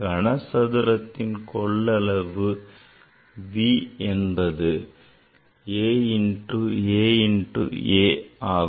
கனசதுரத்தின் கொள்ளளவு V என்பது a into a into a ஆகும்